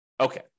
Okay